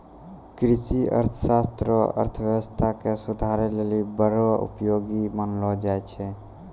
कृषि अर्थशास्त्र रो अर्थव्यवस्था के सुधारै लेली बड़ो उपयोगी मानलो जाय छै